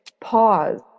pause